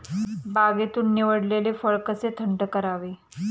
बागेतून निवडलेले फळ कसे थंड करावे?